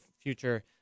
future